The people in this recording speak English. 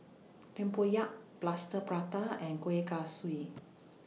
Tempoyak Plaster Prata and Kuih Kaswi